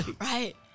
Right